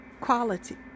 quality